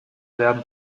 werden